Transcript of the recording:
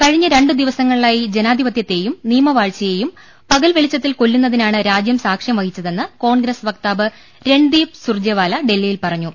കഴിഞ്ഞ രണ്ടു ദിവസങ്ങളിലായി ജനാധിപതൃത്തെയും നിയമവാഴ്ച യെയും പകൽ വെളിച്ചത്തിൽ കൊല്ലുന്നതിനാണ് രാജ്യം സാക്ഷ്യം വഹിച്ചതെന്ന് കോൺഗ്രസ് വക്താവ് രൺദ്വീപ് സുർജെവാല ഡൽഹിയിൽ പറഞ്ഞു